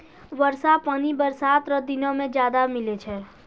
वर्षा पानी बरसात रो दिनो मे ज्यादा मिलै छै